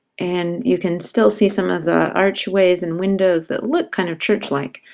and you can still see some of the archways and windows that look kind of church-like,